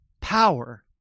power